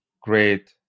great